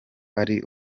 ari